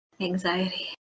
Anxiety